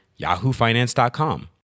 yahoofinance.com